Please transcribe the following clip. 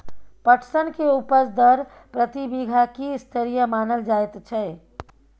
पटसन के उपज दर प्रति बीघा की स्तरीय मानल जायत छै?